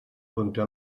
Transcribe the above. contra